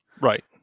right